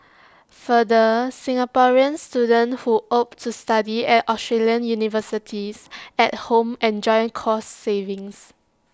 further Singaporean students who opt to study at Australian universities at home enjoy cost savings